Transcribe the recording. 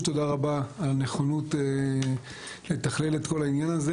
תודה רבה על הנכונות לתכלל את כל העניין הזה